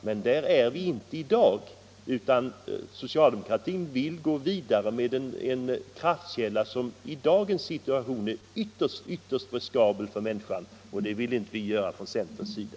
Men där är vi inte i dag, utan socialdemokraterna vill gå vidare med en kraftkälla som i dagens situation är ytterst riskabel för människan. Det vill vi i centern inte göra.